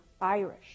Irish